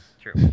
true